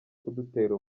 kudutera